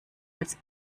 als